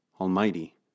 almighty